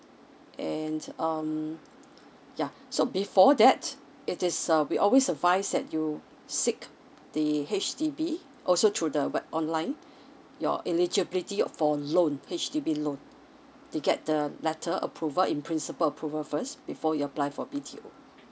and um ya so before that it is uh we always advise that you seek the H_D_B also through the web~ online your eligibility for loan H_D_B loan to get the letter approval in principle approval first before you apply for B_T_O